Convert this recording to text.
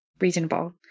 reasonable